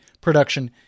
production